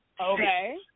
Okay